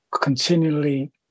continually